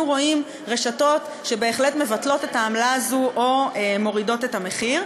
והיינו רואים רשתות שבהחלט מבטלות את העמלה הזו או מורידות את המחיר.